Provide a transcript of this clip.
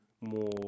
more